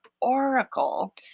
oracle